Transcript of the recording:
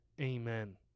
Amen